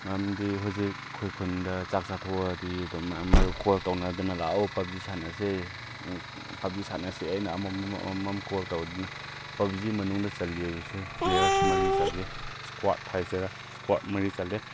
ꯃꯔꯝꯗꯤ ꯍꯧꯖꯤꯛ ꯑꯩꯈꯣꯏ ꯈꯨꯟꯗ ꯆꯥꯛ ꯆꯥꯊꯣꯛꯑꯗꯤ ꯑꯗꯨꯝ ꯃꯌꯥꯝ ꯀꯣꯜ ꯇꯧꯅꯗꯅ ꯂꯥꯛꯑꯣ ꯄꯞꯖꯤ ꯁꯥꯟꯅꯁꯦ ꯄꯞꯖꯤ ꯁꯥꯟꯅꯁꯦ ꯍꯥꯏꯅ ꯑꯃꯃꯝ ꯑꯃꯃꯝ ꯀꯣꯜ ꯇꯧꯗꯅ ꯄꯞꯖꯤ ꯃꯅꯨꯡꯗ ꯆꯜꯂꯤꯕꯁꯦ ꯄ꯭ꯂꯦꯌꯔꯁ ꯃꯔꯤ ꯆꯜꯂꯤ ꯏꯁꯀ꯭ꯋꯥꯠ ꯍꯥꯏꯁꯤꯔ ꯏꯁꯀ꯭ꯋꯥꯠ ꯃꯔꯤ ꯆꯜꯂꯦ